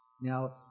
Now